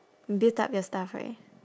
built up your stuff right